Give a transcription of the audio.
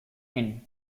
inn